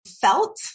felt